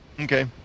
Okay